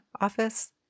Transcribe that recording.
office